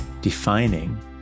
defining